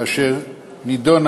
אשר נדונה